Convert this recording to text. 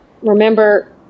remember